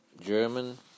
German